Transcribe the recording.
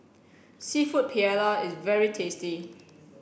Seafood Paella is very tasty